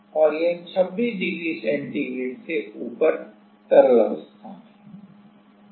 और यह 26 degree centigrade से ऊपर तरल अवस्था में है